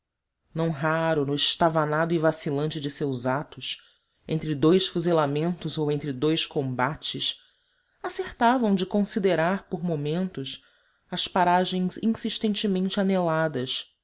não raro no estavanado e vacilante de seus atos entre dois fuzilamentos ou entre dois combates acertavam de considerar por momentos as paragens insistentemente aneladas